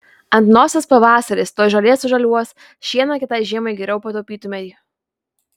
ant nosies pavasaris tuoj žolė sužaliuos šieną kitai žiemai geriau pataupytumei